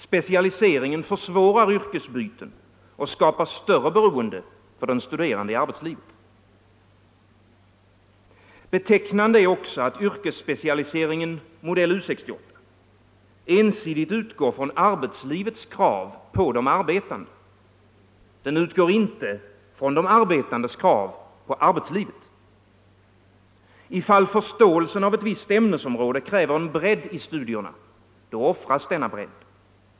Specialiseringen försvårar yrkesbyten och skapar större beroende för den studerande i arbetslivet. Betecknande är också att yrkesspecialiseringen modell U 68 ensidigt utgår från arbetslivets krav på de arbetande. Den utgår inte från de arbetandes krav på arbetslivet. Om förståelsen av ett visst ämnesområde kräver en bredd i studierna, offras denna.